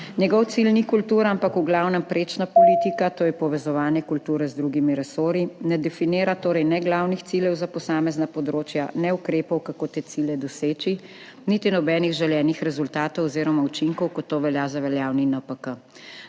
njegov cilj ni kultura, ampak v glavnem prečna politika, to je povezovanje kulture z drugimi resorji. Ne definira torej ne glavnih ciljev za posamezna področja ne ukrepov, kako te cilje doseči, niti nobenih želenih rezultatov oziroma učinkov, kot to velja za veljavni NPK.